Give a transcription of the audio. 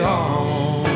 on